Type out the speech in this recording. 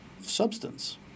substance